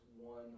one